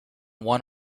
one